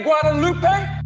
Guadalupe